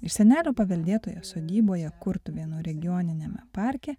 iš senelio paveldėtoje sodyboje kurtuvėnų regioniniame parke